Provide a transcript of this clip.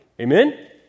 Amen